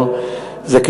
כי אני הייתי אתמול בבוקר,